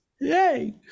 Yay